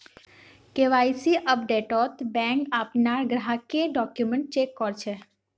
KYC अपडेटत bank अपनार ग्राहकेर डॉक्यूमेंट चेक कर छेक